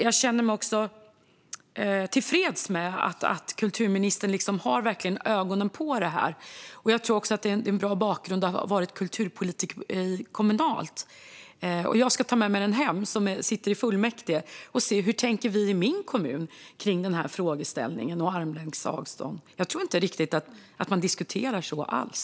Jag känner mig också tillfreds med att kulturministern verkligen har ögonen på detta. Att ha varit kulturpolitiker kommunalt tror jag också är en bra bakgrund. Jag som sitter i kommunfullmäktige ska ta med mig detta hem och se hur vi tänker i min kommun kring frågeställningen om armlängds avstånd. Jag tror inte riktigt att man diskuterar så alls.